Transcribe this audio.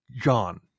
John